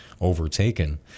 overtaken